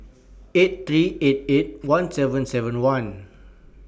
eight three eight eight one seven seven one